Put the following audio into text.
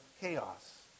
chaos